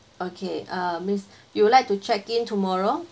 okay uh miss you would like to check-in tomorrow